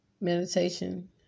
meditation